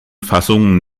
fassung